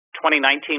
2019